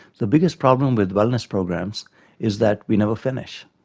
the biggest problem with wellness programs is that we never finish.